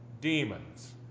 demons